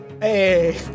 Hey